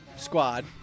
Squad